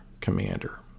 commander